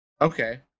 Okay